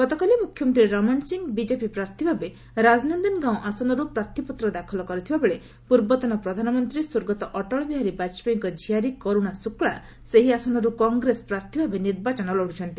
ଗତକାଲି ମୁଖ୍ୟମନ୍ତ୍ରୀ ରମଣ ସିଂହ ବିଜେପି ପ୍ରାର୍ଥୀ ଭାବେ ରାଜନନ୍ଦନଗାଓଁ ଆସନରୁ ପ୍ରାର୍ଥୀପତ୍ର ଦାଖଲ କରିଥିବା ବେଳେ ପୂର୍ବତନ ପ୍ରଧାନମନ୍ତ୍ରୀ ସ୍ୱର୍ଗତଃ ଅଟଳବିହାରୀ ବାଜପେୟୀଙ୍କ ଝିଆରୀ କରୁଣା ଶୁକ୍ଲା ସେହି ଆସନରୁ କଂଗ୍ରେସ ପ୍ରାର୍ଥୀ ଭାବେ ନିର୍ବାଚନ ଲଢ଼ୁଛନ୍ତି